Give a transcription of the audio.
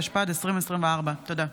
התשפ"ד 2024. תודה.